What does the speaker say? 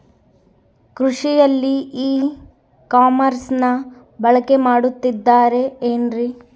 ಕೃಷಿಯಲ್ಲಿ ಇ ಕಾಮರ್ಸನ್ನ ಬಳಕೆ ಮಾಡುತ್ತಿದ್ದಾರೆ ಏನ್ರಿ?